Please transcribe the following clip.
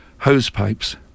hosepipes